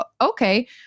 okay